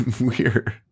weird